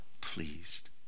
pleased